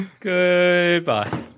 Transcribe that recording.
Goodbye